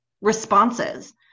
responses